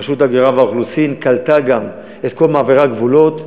רשות ההגירה והאוכלוסין קלטה גם את כל מעברי הגבולות.